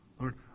Lord